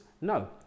No